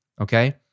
okay